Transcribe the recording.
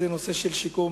הוא הנושא של שיקום